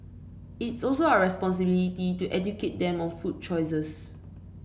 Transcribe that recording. it's also our responsibility to educate them on food choices